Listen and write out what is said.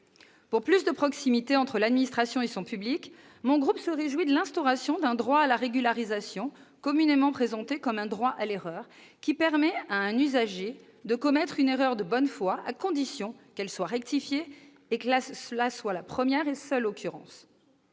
pour plus de proximité entre l'administration et son public, d'un droit à la régularisation, communément présenté comme un droit à l'erreur, qui permet à un usager de commettre une erreur de bonne foi, à condition qu'elle soit rectifiée et que cela soit la première occurrence,